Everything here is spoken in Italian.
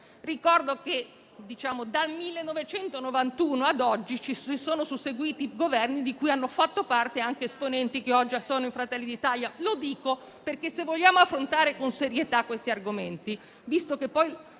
Ricordo che dal 1991 ad oggi si sono succeduti Governi di cui hanno fatto parte anche esponenti che oggi sono in Fratelli d'Italia. Lo dico perché, se vogliamo affrontare con serietà questi argomenti, visto che poi